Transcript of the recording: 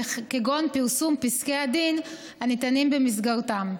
כגון פרסום פסקי הדין הניתנים במסגרתם.